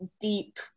deep